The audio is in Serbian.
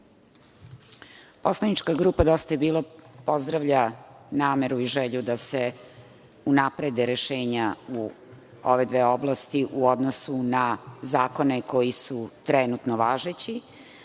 Hvala. Poslanička grupa „Dosta je bilo“ pozdravlja nameru i želju da se unaprede rešenja u ove dve oblasti u odnosu na zakone koji su trenutno važeći.